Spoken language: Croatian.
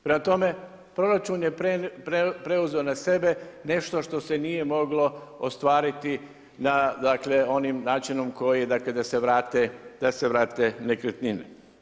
Prema tome, proračun je preuzeo na sebe nešto što se nije moglo ostvariti na dakle, onim načinom koji da se da se vrate nekretnine.